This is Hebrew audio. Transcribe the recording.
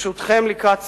ברשותכם, לקראת סיום,